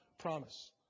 promise